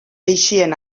eixien